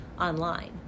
online